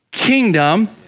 kingdom